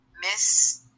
Miss